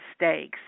mistakes